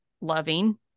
loving